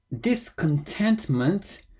discontentment